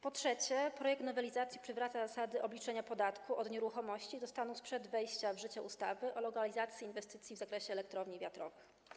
Po trzecie, projekt nowelizacji przywraca zasady obliczania podatku od nieruchomości do stanu sprzed wejścia w życie ustawy o inwestycjach w zakresie elektrowni wiatrowych.